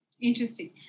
Interesting